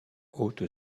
haute